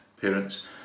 parents